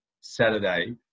Saturday